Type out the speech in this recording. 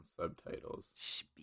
subtitles